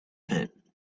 pit